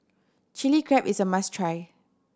Chilli Crab is a must try